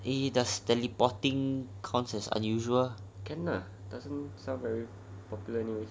!hey! does teleporting cause as unusual